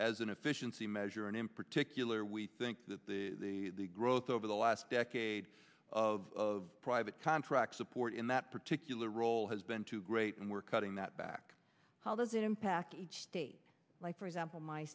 as an efficiency measure and in particular we think that the growth over the last decade of private contract support in that particular role has been too great and we're cutting that back how does it impact each state like for example my